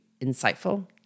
insightful